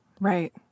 Right